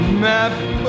map